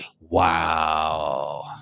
Wow